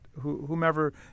whomever